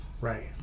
Right